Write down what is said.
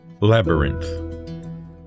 Labyrinth